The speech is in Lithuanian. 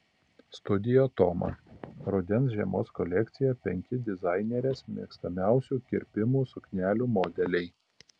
studio toma rudens žiemos kolekcijoje penki dizainerės mėgstamiausių kirpimų suknelių modeliai